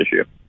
issue